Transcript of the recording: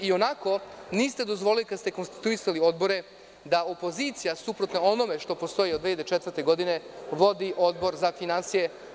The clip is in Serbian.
I onako niste dozvolili, kada ste konstituisali odbore, da opozicija, suprotno onome što postoji od 2004. godine, vodi Odbor za finansije.